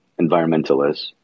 environmentalists